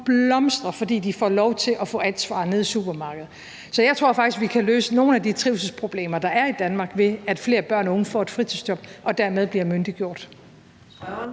blomstrer, fordi de får ansvar nede i supermarkedet. Så jeg tror faktisk, at vi kan løse nogle af de trivselsproblemer, der er i Danmark, ved at flere børn og unge får et fritidsjob og dermed bliver myndiggjort.